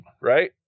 right